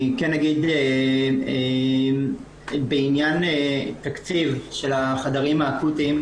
אני כן אגיד בעניין תקציב של החדרים האקוטיים,